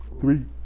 Three